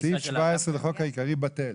סעיף 17 לחוק העיקרי בטל.